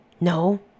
No